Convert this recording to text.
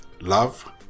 love